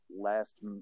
last